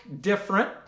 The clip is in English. different